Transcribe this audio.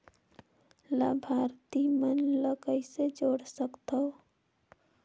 लाभार्थी मन ल कइसे जोड़ सकथव?